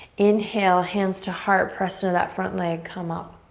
inhale, hands to heart. press into that front leg, come up.